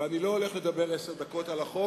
אני לא הולך לדבר עשר דקות על החוק.